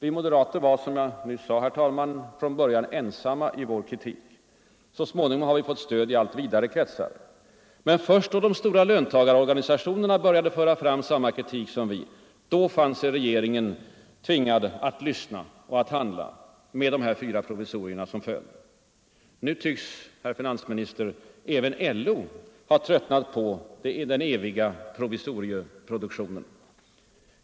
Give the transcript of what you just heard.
Vi moderater var, som jag nyss sade, från början ensamma i vår kritik. Så småningom har vi fått stöd i allt vidare kretsar. Men först då de stora löntagarorganisationerna började föra fram samma kritik som vi, fann sig regeringen tvingad att lyssna och att handla — med de fyra provisorierna som följd. Men nu tycks, herr finansminister, även LO ha tröttnat på den eviga provisorieproduktionen.